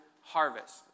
harvest